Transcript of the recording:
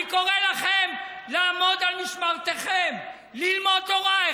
אני קורא לכם לעמוד על משמרתכם, ללמוד תורה.